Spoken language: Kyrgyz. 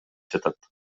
жатат